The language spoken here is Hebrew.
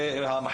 לכן זה לא פייר.